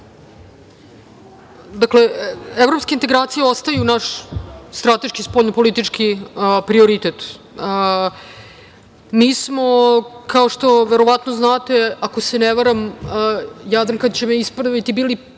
Hvala. Evropske integracije ostaju naš strateški spoljnopolitički prioritet. Mi smo, kao što verovatno znate, ako se ne varam, Jadranka će me ispraviti, bili